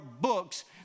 books